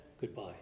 goodbye